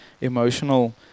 emotional